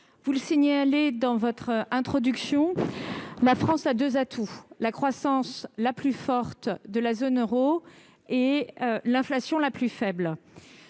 vous le signalez dans votre introduction, la France a deux atouts : la croissance la plus forte et l'inflation la plus faible